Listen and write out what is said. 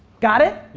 got it?